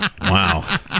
wow